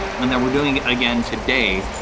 and then we're doing it again today,